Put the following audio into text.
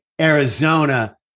Arizona